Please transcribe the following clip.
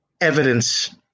evidence